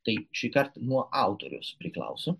tai šįkart nuo autorius priklauso